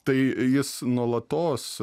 tai jis nuolatos